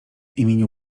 imieniu